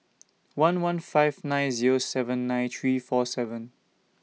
one one five nine Zero seven nine three four seven